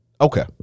Okay